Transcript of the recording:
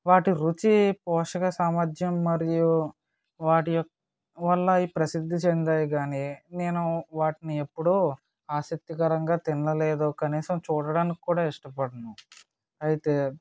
వాటి రుచి పోషక సామర్ధ్యం మరియు వాటి యొ వల్ల అవి ప్రసిద్ధి చెందాయి కానీనేను వాటిని ఎప్పుడూ ఆసక్తికరంగా తినలేదు కనీసం చూడడానికి కూడా ఇష్టపడను అయితే